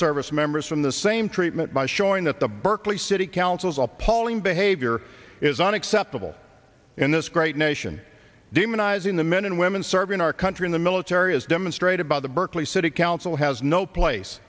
service members from the same treatment by showing that the berkeley city council's appalling behavior is unacceptable in this great nation demonizing the men and women serving our country in the military as demonstrated by the berkeley city council has no place